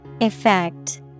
Effect